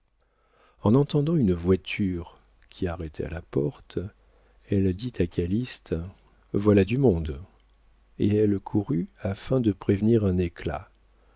en entendant une voiture qui arrêtait à la porte elle dit à calyste voilà du monde et elle courut afin de prévenir un éclat